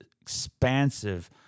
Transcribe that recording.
expansive